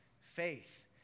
Faith